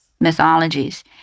mythologies